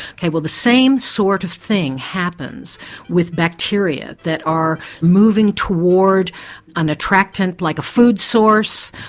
well the same sort of thing happens with bacteria that are moving toward an attractant like a food source,